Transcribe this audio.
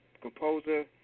composer